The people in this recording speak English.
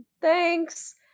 Thanks